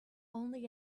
only